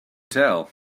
tell